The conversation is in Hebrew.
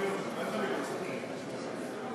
איך אני אגייס את האנשים?